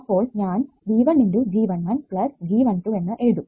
അപ്പോൾ ഞാൻ V1 × G11 G12 എന്ന് എഴുതും